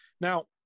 Now